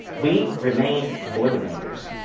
we remain boilermakers.